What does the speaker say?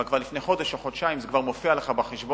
אבל כבר לפני חודש או חודשיים זה מופיע לך בחשבון.